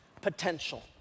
Potential